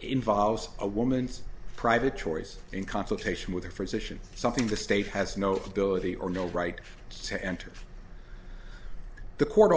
involves a woman's private choice in consultation with the physicians something the state has no ability or no right to enter the court